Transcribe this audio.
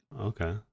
Okay